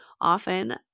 often